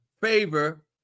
favor